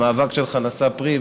המאבק שלך נשא פרי,